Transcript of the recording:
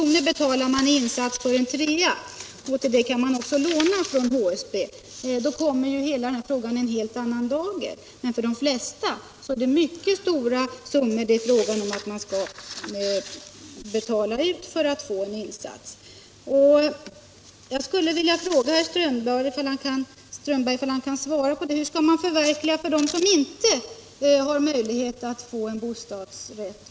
betalas Nr 101 i insats för en trea, och till den insatsen kan man då också låna från Torsdagen den HSB. Därmed kommer hela frågan i en annan dager, men för de flesta 31 mars 1977 människor är det ändå fråga om mycket stora summor som de måste I betala ut för att kunna få en insatslägenhet. Anslag till bostads Jag skulle vilja fråga herr Strömberg, om han kan svara på frågan byggande, m.m. hur man skall förverkliga boinflytandet för dem som inte har någon möjlighet att få bostadsrätt.